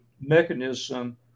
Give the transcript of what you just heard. mechanism